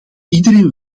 iedereen